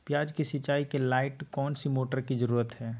प्याज की सिंचाई के लाइट कौन सी मोटर की जरूरत है?